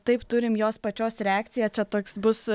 taip turim jos pačios reakciją čia toks bus